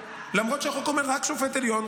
למרות שהחוק אומר: רק שופט עליון,